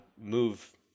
move